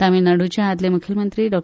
तामीळनाडूचे आदले मुख्यमंत्री डॉ